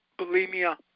bulimia